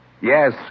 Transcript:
Yes